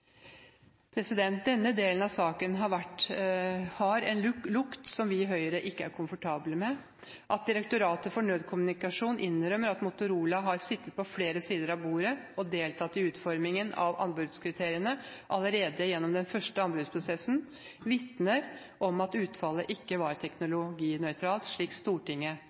Denne delen av saken har en lukt som vi i Høyre ikke er komfortable med. At Direktoratet for nødkommunikasjon innrømmer at Motorola har sittet på flere sider av bordet og deltatt i utformingen av anbudskriteriene allerede gjennom den første anbudsprosessen, vitner om at utfallet ikke var teknologinøytralt, slik Stortinget